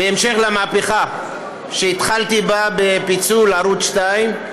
בהמשך למהפכה שהתחלתי בה בפיצול ערוץ 2,